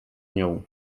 nią